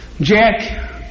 Jack